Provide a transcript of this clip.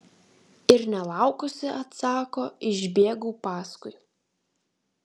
ir nelaukusi atsako išbėgau paskui